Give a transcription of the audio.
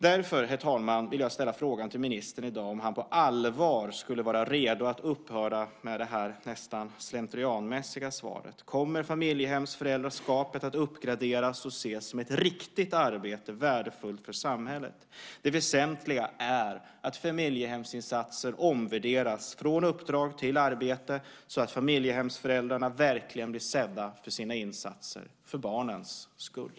Därför, herr talman, vill jag ställa frågan till ministern i dag om han på allvar är redo att upphöra med detta nästintill slentrianmässiga svar. Kommer familjehemsföräldraskapet att uppgraderas och ses som ett riktigt arbete värdefullt för samhället? Det väsentliga är att familjehemsinsatser omvärderas från uppdrag till arbete så att familjehemsföräldrarna verkligen blir sedda för sina insatser - för barnens skull.